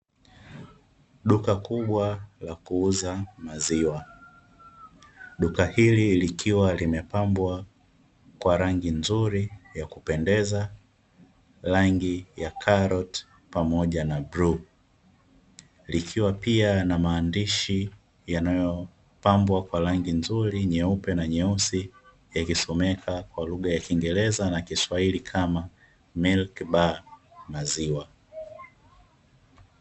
Duka kubwa la kuuza maziwa, duka hili likiwa limepambwa kwa rangi nzuri ya kupendeza, rangi ya karoti pamoja na bluu. Likiwa pia na maandishi yanayopambwa kwa rangi nzuri nyeupe na nyeusi yakisomeka kwa lugha ya kiingereza na kiswahili kama "milk bar maziwa".